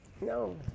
No